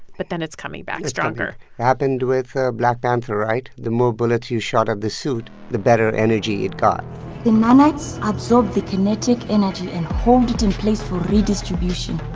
but then it's coming back stronger happened with ah black panther, right? the more bullets you shot at the suit, the better energy it got the nanites absorb the kinetic energy and hold it in place for redistribution.